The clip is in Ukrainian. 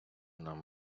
нам